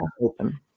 open